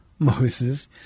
Moses